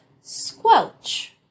Squelch